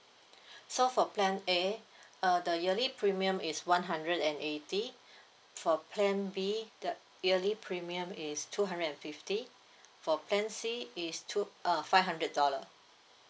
so for plan A uh the yearly premium is one hundred and eighty for plan B the yearly premium is two hundred and fifty for plan C is two err five hundred dollar